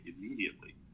immediately